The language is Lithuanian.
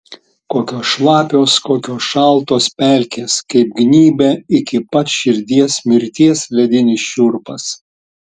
kokios šlapios kokios šaltos pelkės kaip gnybia iki pat širdies mirties ledinis šiurpas